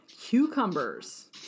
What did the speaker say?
cucumbers